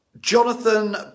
Jonathan